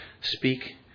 speak